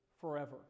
forever